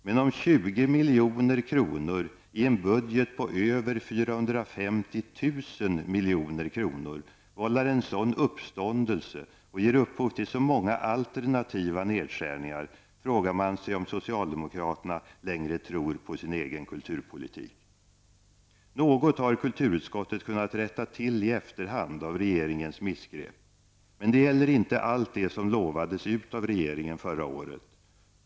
Men om 20 milj.kr i en budget på över 450 000 milj.kr. vållar en sådan uppståndelse och ger upphov till så många alternativa nedskärningar frågar man sig om socialdemokraterna längre tror på sin egen kulturpolitik. Något har kulturutskottet kunnat rätta till i efterhand av regeringens missgrepp. Men det gäller inte allt det som lovades ut av regeringen förra året.